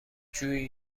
جویی